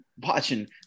watching